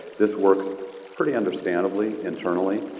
this works pretty understandably internally,